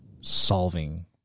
solving